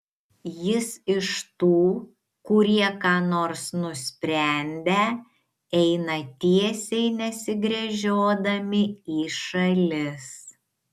jis iš tų kurie ką nors nusprendę eina tiesiai nesigręžiodami į šalis